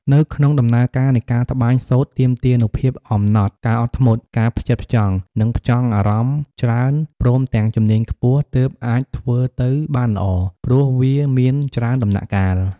នៅក្នុងដំណើរការនៃការត្បាញសូត្រទាមទារនូវភាពអំណត់ ការអត់ធ្មត់ ការផ្ចិតផ្ចង់ និងផ្ចង់អារម្មណ៍ច្រើនព្រមទាំងជំនាញខ្ពស់ ទើបអាចធ្វើទៅបានល្អ ព្រោះវាមានច្រើនដំណាក់កាល។